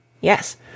Yes